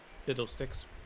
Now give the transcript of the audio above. Fiddlesticks